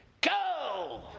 Go